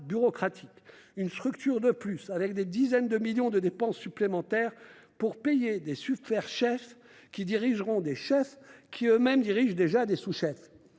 bureaucratique, une structure de plus coûtant des dizaines de millions d'euros de dépenses supplémentaires pour payer des super-chefs qui dirigeront des chefs, lesquels dirigent eux-mêmes d'ores et déjà des sous-chefs.